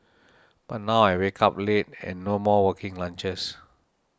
but now I wake up late and no more working lunches